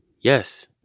Yes